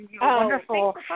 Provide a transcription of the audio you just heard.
wonderful